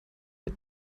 mit